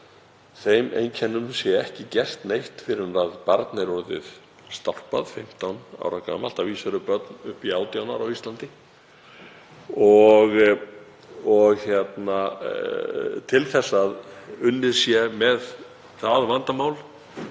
þeim einkennum sé ekki gert neitt fyrr en barn er orðið stálpað, 15 ára gamalt — að vísu eru börn upp í 18 ára á Íslandi — og til þess að unnið sé með það vandamál